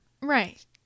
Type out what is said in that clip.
right